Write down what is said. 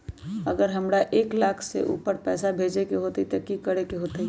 अगर हमरा एक लाख से ऊपर पैसा भेजे के होतई त की करेके होतय?